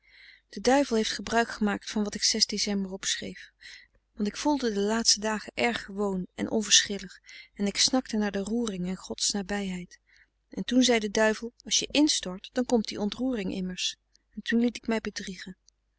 de duivel heeft gebruik gemaakt van wat ik ec opschreef want ik voelde de laatste dagen erg gewoon en onverschillig en ik snakte naar de roering en gods nabijheid en toen zei de duivel als je instort dan komt die ontroering immers en toen liet ik mij bedriegen